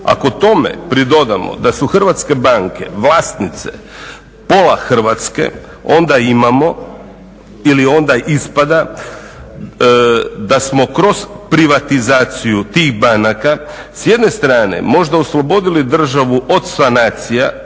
Ako tome pridodamo da su hrvatske banke vlasnice pola Hrvatske onda imamo ili onda ispada da smo kroz privatizaciju tih banaka s jedne strane možda oslobodili državu od sanacija